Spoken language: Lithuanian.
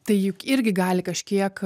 tai juk irgi gali kažkiek